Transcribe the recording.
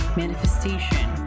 manifestation